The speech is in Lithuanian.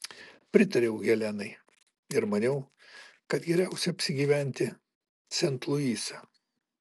pritariau helenai ir maniau kad geriausia apsigyventi sent luise